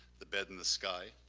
the bed in the sky.